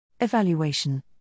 evaluation